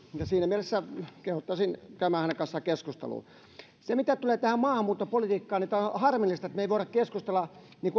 ja siinä mielessä kehottaisin käymään hänen kanssaan keskustelua mitä tulee tähän maahanmuuttopolitiikkaan tämä on harmillista että me emme voi keskustella